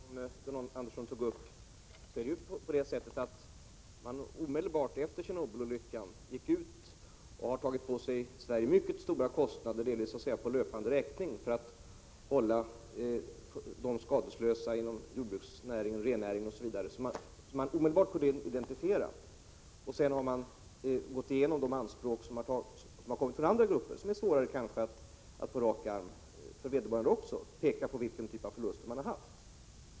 Herr talman! När det gäller den sista punkten som John Andersson tog upp så är det på det sättet att man i Sverige omedelbart efter Tjernobylolyckan gick ut och tog på sig mycket stora kostnader, delvis på ”löpande räkning”. Detta för att hålla de inom jordbruksnäringen, rennäringen osv. som genast kunde identifieras skadeslösa. Sedan har man gått igenom de anspråk som har kommit fram, där det kanske är svårare, även för vederbörande, att på rak arm peka på vilken typ av förlust som uppkommit.